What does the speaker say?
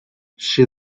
she